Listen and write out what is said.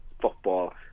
football